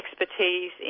expertise